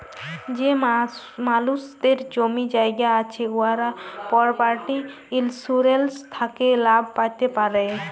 যে মালুসদের জমি জায়গা আছে উয়ারা পরপার্টি ইলসুরেলস থ্যাকে লাভ প্যাতে পারে